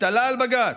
התעלה על בג"ץ.